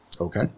Okay